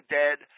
dead